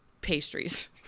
pastries